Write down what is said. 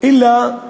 אלא הוא